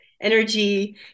energy